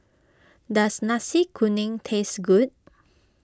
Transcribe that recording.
does Nasi Kuning taste good